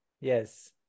Yes